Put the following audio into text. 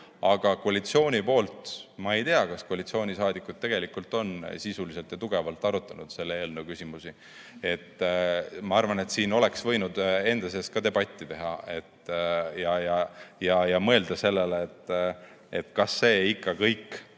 Aga koalitsiooni kohta ma ei tea, kas koalitsioonisaadikud tegelikult on sisuliselt ja tugevalt arutanud selle eelnõu küsimusi. Ma arvan, et siin oleks võinud enda sees ka debatti pidada ja mõelda sellele, et kas ikka kõik